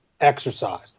exercise